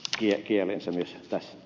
arvoisa puhemies